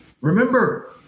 Remember